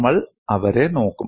നമ്മൾ അവരെ നോക്കും